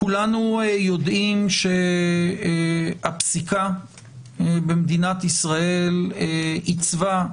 כולנו יודעים שהפסיקה במדינת ישראל עיצבה,